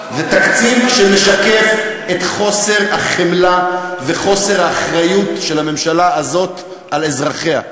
זה תקציב שמשקף את חוסר החמלה וחוסר האחריות של הממשלה הזאת לאזרחיה.